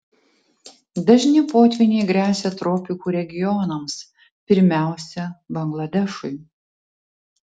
dažni potvyniai gresia tropikų regionams pirmiausia bangladešui